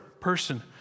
person